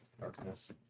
Darkness